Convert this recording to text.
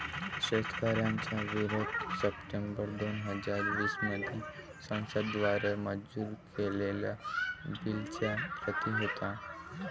शेतकऱ्यांचा विरोध सप्टेंबर दोन हजार वीस मध्ये संसद द्वारे मंजूर केलेल्या बिलच्या प्रति होता